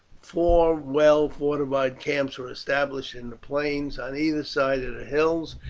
four well fortified camps were established in the plains on either side of the hills,